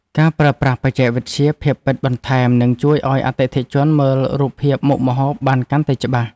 ការប្រើប្រាស់បច្ចេកវិទ្យាភាពពិតបន្ថែម នឹងជួយឱ្យអតិថិជនមើលរូបភាពមុខម្ហូបបានកាន់តែច្បាស់។